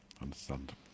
Understand